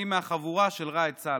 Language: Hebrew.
אני מהחבורה של ראאד סלאח.